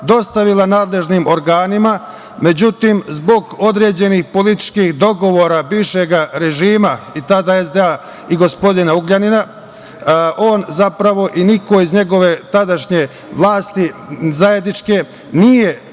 dostavila nadležnim organima. Međutim, zbog određenih političkih dogovora bivšeg režima i tada SDA i gospodina Ugljanina on zapravo i niko iz njegove tadašnje zajedničke vlasti